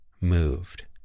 moved